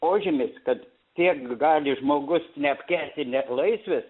požymis kad tiek gali žmogus neapkęsti net laisvės